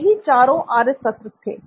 यही चारों आर्य सत्य थे